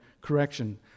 correction